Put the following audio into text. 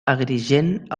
agrigent